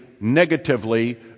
negatively